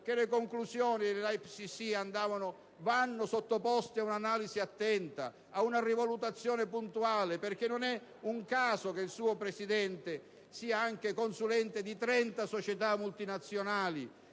che le conclusioni dell'IPCC vadano sottoposte a un'analisi attenta, ad una rivalutazione puntuale, perché non è un caso che il suo Presidente sia anche consulente di 30 società multinazionali